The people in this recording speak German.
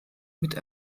mit